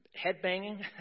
headbanging